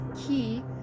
key